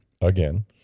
again